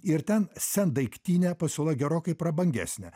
ir ten sendaiktinė pasiūla gerokai prabangesnė